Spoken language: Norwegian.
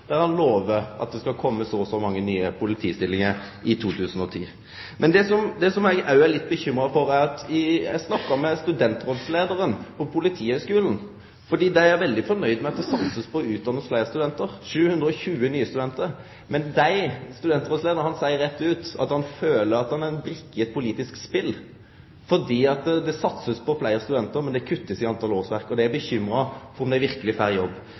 der han lover at det skal komme så og så mange politistillingar i 2010. Det er noko anna som òg uroar meg litt. Eg snakka med studentrådsleiaren på Politihøgskolen, og dei er veldig fornøgde med at det blir satsa på å utdanne fleire studentar, 720 nye studentar. Men studentrådsleiaren seier rett ut at han føler at han er ei brikke i eit politisk spel, fordi det blir satsa på fleire studentar, men det blir kutta i talet på årsverk. Og dei er uroa for om dei verkelig får jobb.